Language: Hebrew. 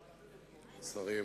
השרים,